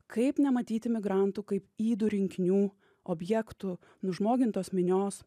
kaip nematyti migrantų kaip ydų rinkinių objektų nužmogintos minios